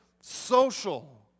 social